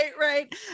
right